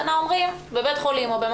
אנחנו לא יודעים.